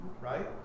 right